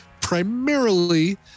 primarily